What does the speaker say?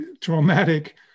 traumatic